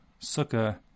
sukkah